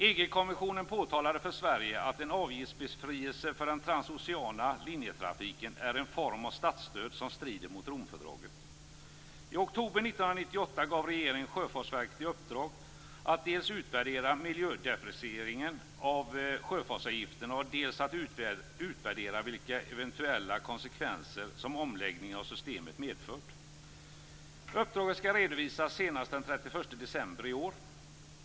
EG-kommissionen påtalade för Sverige att en avgiftsbefrielse för den transoceana linjetrafiken är en form av statsstöd som strider mot Romfördraget. I oktober 1998 gav regeringen Sjöfartsverket i uppdrag att utvärdera dels miljödifferentieringen av sjöfartsavgiften, dels vilka eventuella konsekvenser som omläggningen av systemet medfört. Uppdraget skall redovisas senast den 31 december i år.